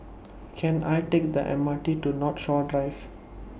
Can I Take The M R T to Northshore Drive